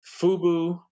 Fubu